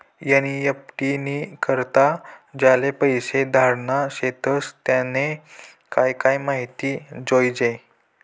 NEFT नी करता ज्याले पैसा धाडना शेतस त्यानी काय काय माहिती जोयजे